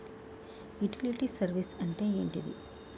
Utility service అంటే ఏంటిది?